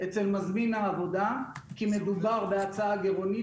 אצל מזמין העבודה כי מדובר בהצעה גירעונית